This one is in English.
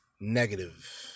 Negative